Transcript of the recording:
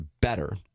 better